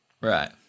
right